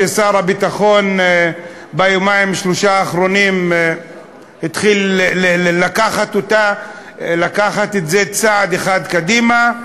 שר הביטחון ביומיים-שלושה האחרונים התחיל לקחת את זה צעד אחד קדימה,